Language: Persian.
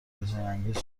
هیجانانگیز